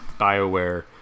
Bioware